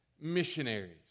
missionaries